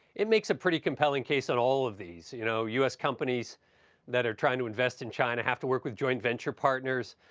it makes a pretty much compelling case on all of these. you know u s. companies that are trying to invest in china have to work with joint venture partners.